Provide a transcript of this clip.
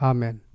Amen